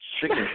chicken